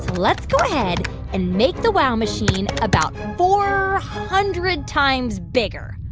let's go ahead and make the wow machine about four hundred times bigger.